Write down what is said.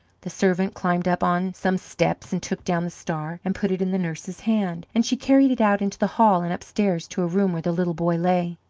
the servant climbed up on some steps and took down the star and put it in the nurse's hand, and she carried it out into the hall and upstairs to a room where the little boy lay.